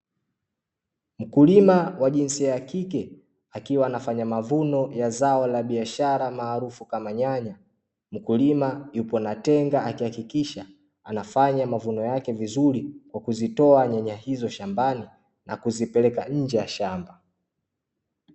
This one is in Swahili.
Mkulima wa jinsia ya kike, akiwa anafanya mavuno ya zao la biashara maarufu kama nyanya. Mkulima yupo na tenga akihakikisha anafanya mavuno yake vizuri kwa kuzitoa nyanya hizo shambani na kuzipeleka nje ya shamba.